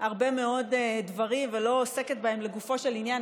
הרבה מאוד דברים ולא עוסקת בהם לגופו של עניין,